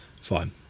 Fine